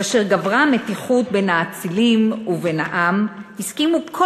כאשר גברה המתיחות בין האצילים ובין העם הסכימו כל